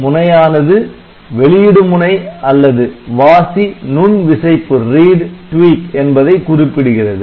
முனையானது வெளியிடு முனை அல்லது வாசி நுண் விசைப்பு என்பதை குறிப்பிடுகிறது